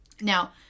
Now